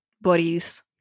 bodies